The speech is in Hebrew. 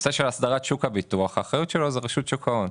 הנושא של שוק הביטוח נמצא באחריות רשות שוק ההון.